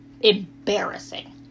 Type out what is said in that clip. embarrassing